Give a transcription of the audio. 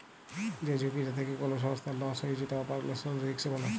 যে ঝুঁকিটা থেক্যে কোল সংস্থার লস হ্যয়ে যেটা অপারেশনাল রিস্ক বলে